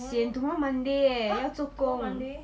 !wah! sian tomorrow monday leh 要做工